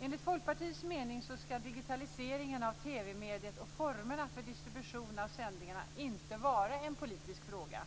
Enligt Folkpartiets mening skall digitaliseringen av TV-mediet och formerna för distribution av sändningarna inte vara en politisk fråga.